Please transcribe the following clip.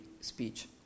speech